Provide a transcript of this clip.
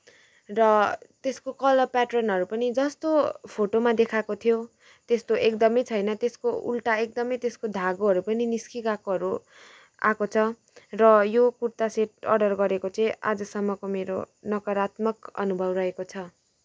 र त्यसको कलर पेटर्नहरू पनि जस्तो फोटोमा देखाएको थियो त्यस्तो एकदमै छैन त्यसको उल्टा एकदमै त्यसको धागोहरू पनि निस्किगएकोहरू आएको छ र यो कुर्ता सेट अर्डर गरेको चाहिँ आजसम्मको मेरो नकारत्मक अनुभव रहेको छ